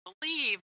believe